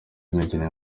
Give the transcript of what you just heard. y’imikino